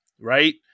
right